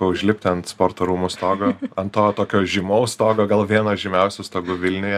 užlipti ant sporto rūmų stogo ant to tokio žymaus stogo gal vieno žymiausių stogų vilniuje